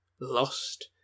lost